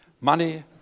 Money